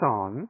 on